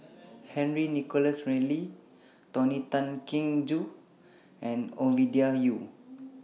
Henry Nicholas Ridley Tony Tan Keng Joo and Ovidia Yu